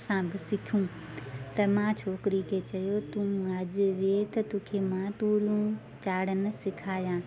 असां बि सिखूं त मां छोकिरी खे चयो तूं अॼु वेहे त मां तोखे तूरियूं चाढ़ण सेखारियां